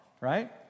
right